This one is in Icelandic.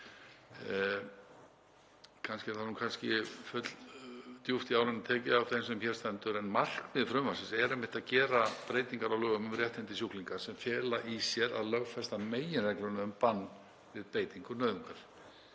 er það fulldjúpt í árinni tekið af þeim sem hér stendur. En markmið frumvarpsins er einmitt að gera breytingar á lögum um réttindi sjúklinga sem fela í sér að lögfesta meginreglur um bann við beitingu nauðungar